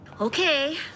Okay